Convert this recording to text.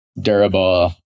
durable